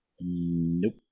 Nope